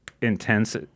intense